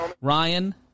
Ryan